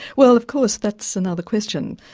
well, of course that's another question.